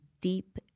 deep